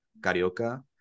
Carioca